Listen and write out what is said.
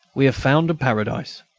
we have found a paradise.